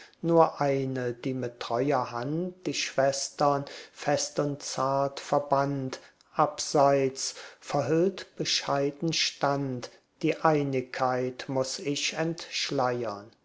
nur eine die mit treuer hand die schwestern fest und zart verband abseits verhüllt bescheiden stand die einigkeit muß ich entschleiern